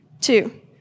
Two